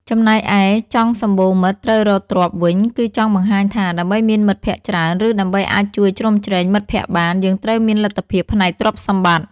ចំណែកឯ ចង់សំបូរមិត្ត ត្រូវរកទ្រព្យ វិញ គឺចង់បង្ហាញថា ដើម្បីមានមិត្តភក្តិច្រើន ឬដើម្បីអាចជួយជ្រោមជ្រែងមិត្តភក្តិបាន យើងត្រូវមានលទ្ធភាពផ្នែកទ្រព្យសម្បត្តិ។